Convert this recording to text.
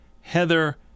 Heather